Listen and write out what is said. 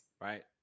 Right